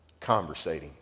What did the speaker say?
conversating